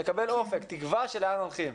לקבל אופק, תקווה של לאן הולכים.